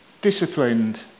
disciplined